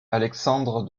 alexandre